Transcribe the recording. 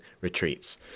retreats